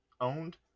owned